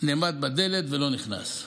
נעמד בדלת ולא נכנס.